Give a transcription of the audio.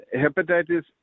hepatitis